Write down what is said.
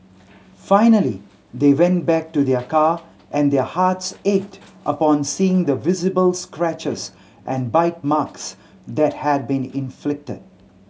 finally they went back to their car and their hearts ached upon seeing the visible scratches and bite marks that had been inflicted